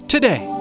Today